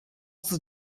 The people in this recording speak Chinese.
自治